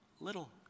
little